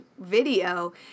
video